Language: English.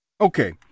Okay